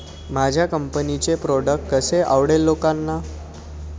माझ्या कंपनीचे प्रॉडक्ट कसे आवडेल लोकांना?